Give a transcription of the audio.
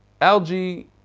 Algae